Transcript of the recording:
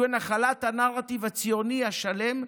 שהוא נחלת הנרטיב הציוני השלם,